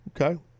Okay